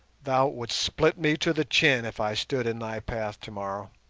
thou wouldst split me to the chin if i stood in thy path tomorrow